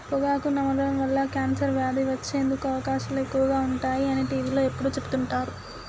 పొగాకు నమలడం వల్ల కాన్సర్ వ్యాధి వచ్చేందుకు అవకాశాలు ఎక్కువగా ఉంటాయి అని టీవీలో ఎప్పుడు చెపుతుంటారు